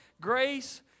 grace